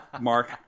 Mark